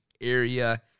area